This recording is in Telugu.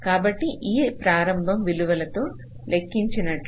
కాబట్టి ఈ ప్రారంభ విలువలతో లెక్కించినట్లు